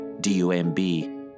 D-U-M-B